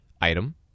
item